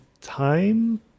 time